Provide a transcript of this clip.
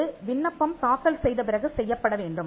இது விண்ணப்பம் தாக்கல் செய்த பிறகு செய்யப்பட வேண்டும்